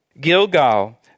Gilgal